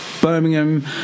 Birmingham